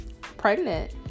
pregnant